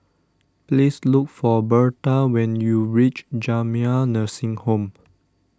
please look for Berta when you reach Jamiyah Nursing Home